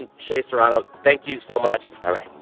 and shea serrano, thank you so much. all right